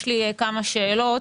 יש לי כמה שאלות.